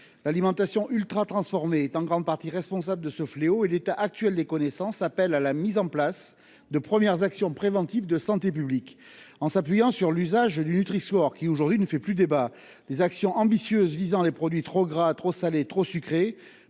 L'alimentation ultratransformée est en grande partie responsable de ce fléau et l'état actuel des connaissances appelle à la mise en place de premières actions préventives de santé publique. En s'appuyant sur l'usage du Nutri-score, qui ne fait plus débat aujourd'hui, des actions ambitieuses visant les produits trop gras, trop salés et trop sucrés